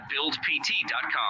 BuildPT.com